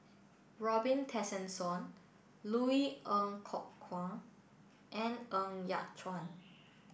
Robin Tessensohn Louis Ng Kok Kwang and Ng Yat Chuan